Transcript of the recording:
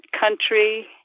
country